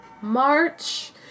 March